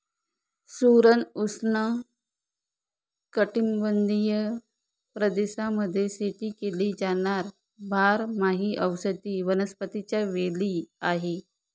सुरण उष्णकटिबंधीय प्रदेशांमध्ये शेती केली जाणार बारमाही औषधी वनस्पतीच्या वेली आहे